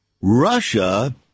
Russia